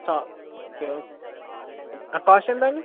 okay okay cost ఎంత అండి